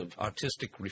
artistic